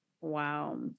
wow